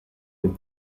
ont